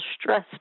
stress